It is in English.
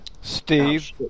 Steve